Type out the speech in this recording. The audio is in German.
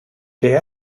der